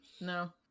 No